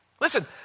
Listen